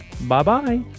Bye-bye